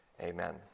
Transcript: Amen